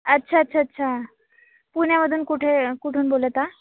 अच्छा अच्छा अच्छा अच्छा पुण्यामधून कुठे कुठून बोलता